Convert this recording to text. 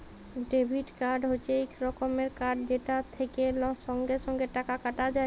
debit card হচ্যে এক রকমের কার্ড যেটা থেক্যে সঙ্গে সঙ্গে টাকা কাটা যায়